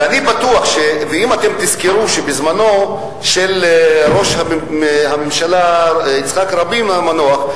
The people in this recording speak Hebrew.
ואם אתם תזכרו שבזמנו של ראש הממשלה יצחק רבין המנוח,